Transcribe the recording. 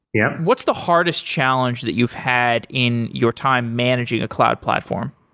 yeah what's the hardest challenge that you've had in your time managing a cloud platform?